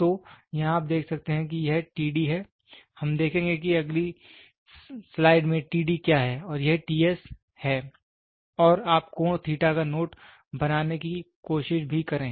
तो यहाँ आप देख सकते हैं कि यह है हम देखेंगे कि अगली स्लाइड में क्या है और यह है और आप कोण का नोट बनाने की कोशिश भी करें